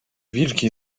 wilki